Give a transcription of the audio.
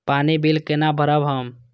पानी बील केना भरब हम?